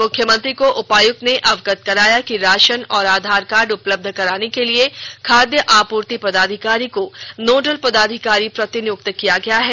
मुख्यमंत्री को उपायुक्त ने अवगत कराया कि राशन और आधार कार्ड उपलब्ध कराने के लिए खाद्य आपूर्ति पदाधिकारी को नोडल पदाधिकारी प्रतिनिय्क्त किया गया है